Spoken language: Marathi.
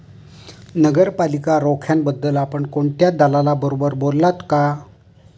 नगरपालिका रोख्यांबद्दल आपण कोणत्या दलालाबरोबर बोललात का?